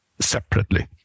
separately